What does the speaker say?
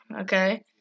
okay